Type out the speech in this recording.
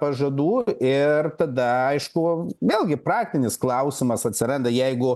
pažadų ir tada aišku vėlgi praktinis klausimas atsiranda jeigu